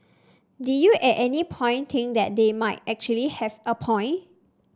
did you at any point think that they might actually have a point